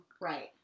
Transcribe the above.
Right